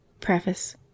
preface